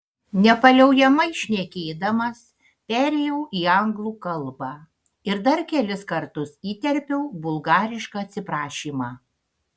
nepaliaujamai šnekėdamas perėjau į anglų kalbą ir dar kelis kartus įterpiau bulgarišką atsiprašymą